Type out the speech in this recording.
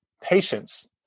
patience